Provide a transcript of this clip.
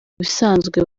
bisanzwe